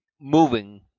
moving